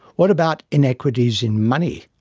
what about inequities in money?